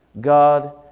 God